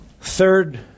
third